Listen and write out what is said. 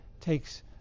takes